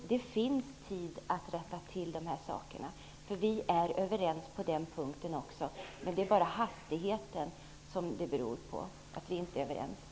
Det finns tid att rätta till dessa saker. Vi är överens på den punkten också. Det är bara hastigheten vi inte är överens om.